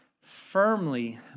firmly